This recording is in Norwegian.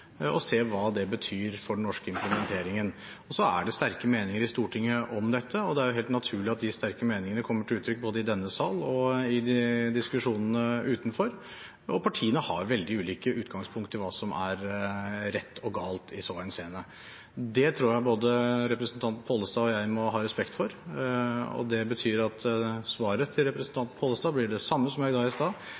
og se på hva det betyr for den norske implementeringen. Så er det sterke meninger i Stortinget om dette, og det er jo helt naturlig at de sterke meningene kommer til uttrykk både i denne sal og i diskusjonene utenfor, og partiene har veldig ulike utgangspunkt for hva som er rett og galt i så henseende. Det tror jeg både representanten Pollestad og jeg må ha respekt for, og det betyr at svaret til representanten Pollestad blir det samme som jeg ga i stad,